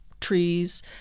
trees